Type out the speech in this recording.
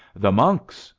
the monks!